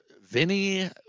Vinny